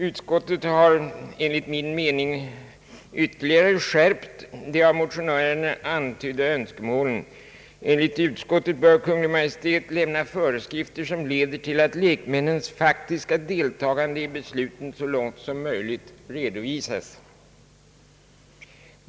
Utskottet har enligt min mening ytterligare skärpt de av motionärerna antydda önskemålen. Enligt utskottet bör Kungl. Maj:t lämna föreskrifter som leder till att lekmännens faktiska deltagande i besluten så långt som möjligt redovisas.